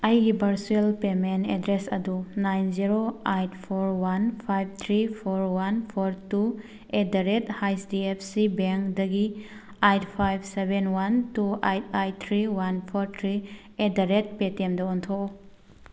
ꯑꯩꯒꯤ virtual payment address ꯑꯗꯨ nine zero eight four one five three four one four two at the rate H D F C ꯕꯦꯡꯗꯒꯤ eight five seven one two eight eight three one four three at the rate ꯄꯦꯇꯤꯑꯦꯝꯗ ꯑꯣꯟꯊꯣꯛꯎ